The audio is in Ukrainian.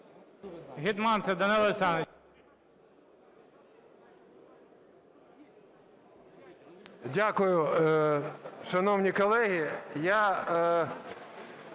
Дякую, шановні колеги.